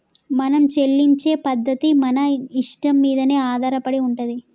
మనం చెల్లించే పద్ధతి మన ఇష్టం మీదనే ఆధారపడి ఉంటది